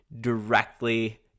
directly